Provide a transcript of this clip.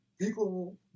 people